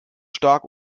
stark